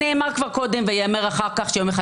נאמר כבר קודם וייאמר אחר כך שיום אחד